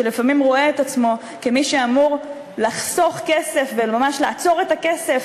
שלפעמים רואה את עצמו כמי שאמור לחסוך כסף וממש לעצור את הכסף,